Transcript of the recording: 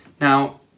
Now